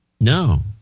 No